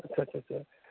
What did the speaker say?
ᱟᱪᱷᱟ ᱟᱪᱷᱟ